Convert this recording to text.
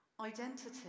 Identity